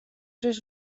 ris